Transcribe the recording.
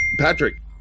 Patrick